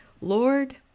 Lord